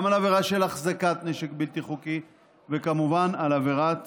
גם על עבירה של החזקת נשק בלתי חוקי וכמובן על עבירת